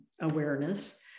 awareness